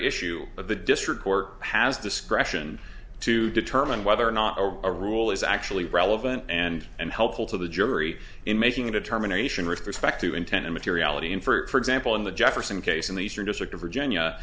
issue of the district court has discretion to determine whether or not a rule is actually relevant and and helpful to the jury in making a determination respect to intent in materiality and for example in the jefferson case in the eastern district of virginia